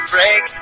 Break